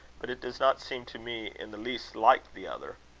but it does not seem to me in the least like the other.